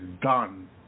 done